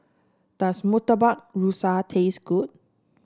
does Murtabak Rusa taste good